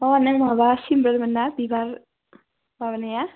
हनै माबा सिमबल मोनना बिबार माबानाया